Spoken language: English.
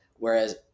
Whereas